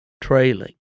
trailing